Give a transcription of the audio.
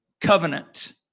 covenant